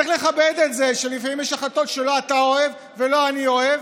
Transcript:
צריך לכבד את זה שלפעמים יש החלטות שלא אתה אוהב ולא אני אוהב,